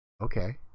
Okay